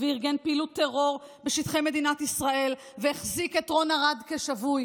ארגן פעילות טרור בשטחי מדינת ישראל והחזיק את רון ארד שבוי.